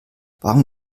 warum